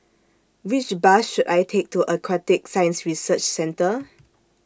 Which Bus should I Take to Aquatic Science Research Centre